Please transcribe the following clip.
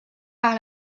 par